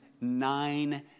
nine